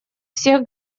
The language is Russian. всех